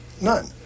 None